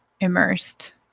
immersed